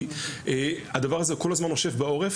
כי הדבר הזה הוא כל הזמן נושף בעורף,